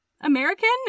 american